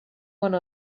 one